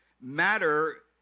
matter